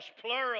plural